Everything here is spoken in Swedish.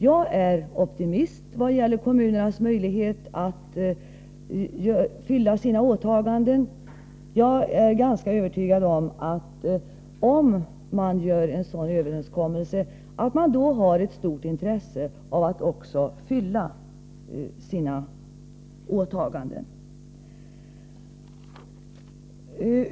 Jag är optimist vad gäller kommunernas möjligheten att fullgöra sina åtaganden. Jag är ganska övertygad om att ifall kommunerna gör en sådan överenskommelse har de också ett stort intresse av att sköta sina åtaganden.